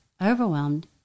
overwhelmed